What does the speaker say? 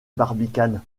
barbicane